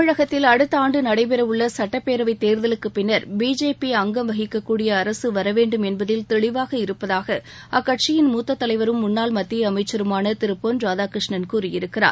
தமிழகத்தில் அடுத்த ஆண்டு நடைபெற உள்ள சட்டப்பேரவைத் தேர்தலுக்குப் பின்னர் பிஜேபி அங்கம் வகிக்கக்கூடிய அரசு வரவேண்டும் என்பதில் தெளிவாக இருப்பதாக அக்கட்சியின் மூத்த தலைவரும் முன்னாள் மத்திய அமைச்சருமான திரு பொள் ராதாகிருஷ்ணன் கூறியிருக்கிறார்